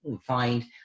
find